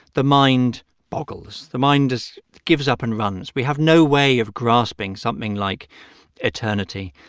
the mind boggles. the mind just gives up and runs. we have no way of grasping something like eternity.